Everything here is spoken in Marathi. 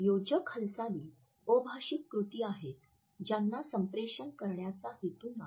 योजक हालचाली अभाषिक कृती आहेत ज्यांचा संप्रेषण करण्याचा हेतू नाही